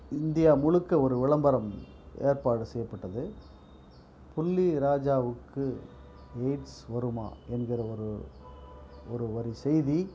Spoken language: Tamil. இந்தியா முழுக்க ஒரு விளம்பரம் ஏற்பாடு செய்யப்பட்டது புள்ளி ராஜாவுக்கு எய்ட்ஸ் வருமா என்கிற ஒரு ஒரு வரி செய்தி